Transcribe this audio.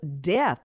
death